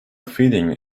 feeding